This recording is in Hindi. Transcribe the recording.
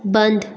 बंद